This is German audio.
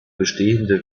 bestehende